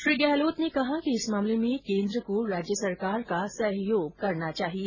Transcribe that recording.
श्री गहलोत ने कहा कि इस मामले में केन्द्र को राज्य सरकार का सहयोग करना चाहिए